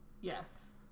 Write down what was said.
Yes